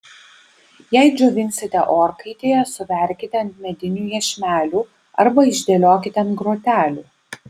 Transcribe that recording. jei džiovinsite orkaitėje suverkite ant medinių iešmelių arba išdėliokite ant grotelių